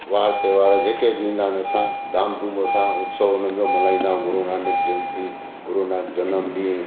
वारु त्योहारु जेके बि ईंदा आहिनि असां धाम धूम सां उत्सव हुननि जो मल्हाईंदा आहियूं गुरुनानक जयंती गुरुनानक जनम ॾींहुं